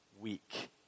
week